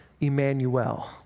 Emmanuel